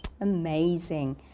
Amazing